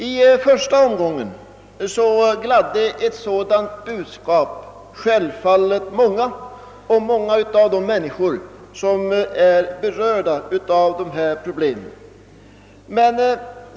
I första omgången gladde ett sådant budskap självfallet många, särskilt bland de människor som är berörda av dessa problem.